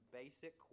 basic